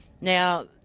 Now